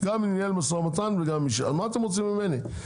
גם ניהל משא ומתן וגם אישר, אז מה אתם רוצים ממני?